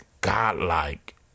God-like